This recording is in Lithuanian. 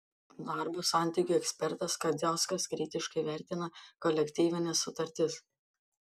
darbo santykių ekspertas kadziauskas kritiškai vertina kolektyvines sutartis